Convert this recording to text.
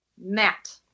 Matt